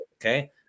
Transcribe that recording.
Okay